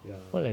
ya